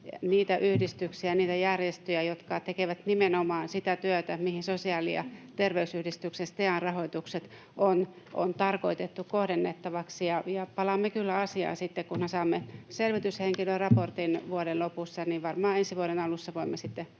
niitä yhdistyksiä ja niitä järjestöjä, jotka tekevät nimenomaan sitä työtä, mihin sosiaali- ja terveysyhdistysten STEAn rahoitukset on tarkoitettu kohdennettavaksi. Palaamme kyllä asiaan, kunhan saamme selvityshenkilön raportin vuoden lopussa, ja varmaan ensi vuoden alussa voimme sitten